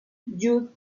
judd